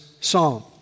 Psalm